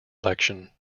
election